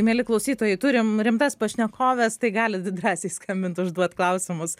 mieli klausytojai turim rimtas pašnekoves tai galit drąsiai skambint užduot klausimus